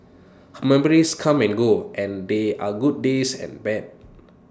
her memories come and go and there are good days and bad